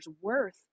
worth